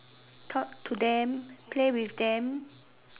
talk to them play with them